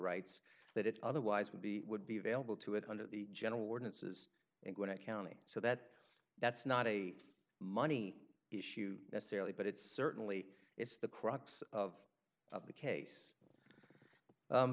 rights that it otherwise would be would be available to it under the general ordinances it going to county so that that's not a money issue necessarily but it's certainly it's the crux of the case